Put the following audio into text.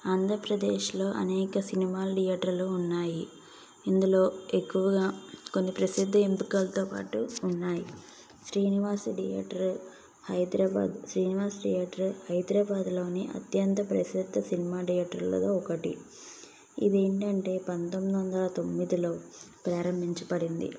ఆంధ్రప్రదేశ్లో అనేక సినిమాల థియేటర్లు ఉన్నాయి ఇందులో ఎక్కువగా కొన్ని ప్రసిద్ధి ఎంపికలతో పాటు ఉన్నాయి శ్రీనివాస థియేటర్ హైద్రాబాదు శ్రీనివాస థియేటర్ హైద్రాబాదులోని అత్యంత ప్రసిద్ధ సినిమాధియేటర్లలో ఒకటి ఇవేంటంటే పంతొమ్మిదొందల తొమ్మిదిలో ప్రారంభించబడింది